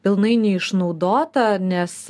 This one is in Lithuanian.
pilnai neišnaudota nes